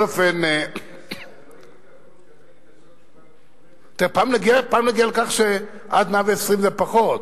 אדוני השר, פעם נגיע לכך שעד מאה-ועשרים זה פחות.